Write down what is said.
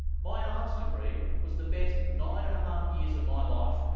my arts degree was the best nine and a half years of my life.